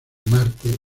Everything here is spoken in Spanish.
marte